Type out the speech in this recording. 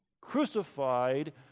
crucified